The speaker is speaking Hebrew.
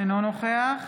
אינו נוכח